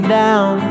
down